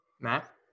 Matt